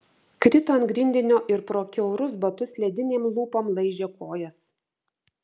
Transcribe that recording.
krito ant grindinio ir pro kiaurus batus ledinėm lūpom laižė kojas